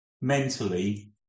mentally